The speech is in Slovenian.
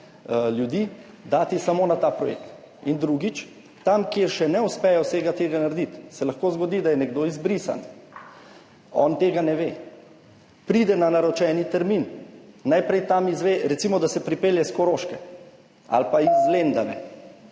ljudi dati samo na ta projekt. In drugič, tam, kjer še ne uspejo vsega tega narediti, se lahko zgodi, da je nekdo izbrisan. On tega ne ve, pride na naročeni termin, recimo, da se pripelje s Koroške ali pa iz Lendave,